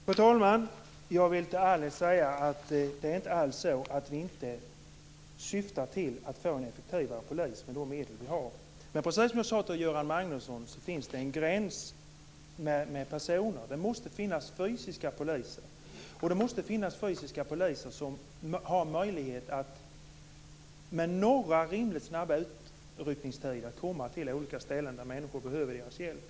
Fru talman! Jag vill till Alice Åström säga att det inte alls är så att vi inte syftar till att med de medel som vi har få en effektivare polis. Precis som jag sade till Göran Magnusson finns det dock en gräns när det gäller personer. Det måste finnas fysiskt existerande poliser, som har möjlighet att med rimligt snabba utryckningstider komma ut till ställen där människor behöver deras hjälp.